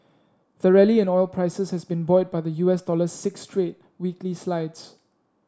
the rally in oil prices has been buoyed by the U S dollar's six straight weekly slides